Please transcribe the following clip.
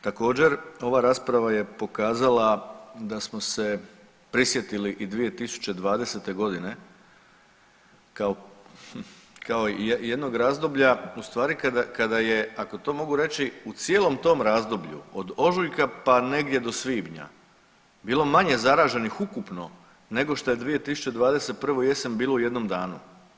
Također ova rasprava je pokazala da smo se prisjetili i 2020. godine kao jednog razdoblja u stvari kada je ako to mogu reći u cijelom tom razdoblju od ožujka pa negdje do svibnja bilo manje zaraženih ukupno, nego što je 2021. u jesen bilo u jednom danu.